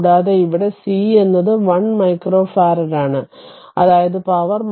കൂടാതെ ഇവിടെ c എന്നത് 1 മൈക്രോ ഫറാഡ് ആണ് അതായത് പവർ 6 ഫാരഡ് വരെ